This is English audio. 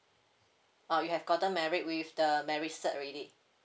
oh you have gotten married with the marriage cert already